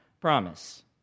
promise